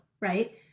right